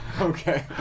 okay